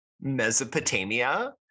Mesopotamia